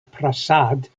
prasad